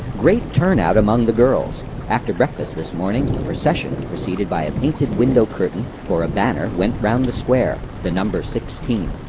great turnout among the girls after breakfast this morning a procession preceded by a painted window curtain for a banner went round the square, the number sixteen.